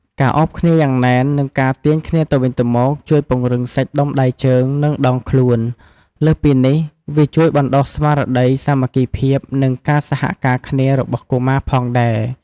ការឱបគ្នាយ៉ាងណែន និងការទាញគ្នាទៅវិញទៅមក ជួយពង្រឹងសាច់ដុំដៃជើង និងដងខ្លួន លើសពីនេះវាជួយបណ្តុះស្មារតីសាមគ្គីភាព និងការសហការគ្នារបស់កុមារផងដែរ។